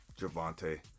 Javante